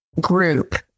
group